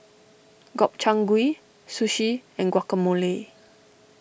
Gobchang Gui Sushi and Guacamole